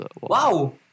Wow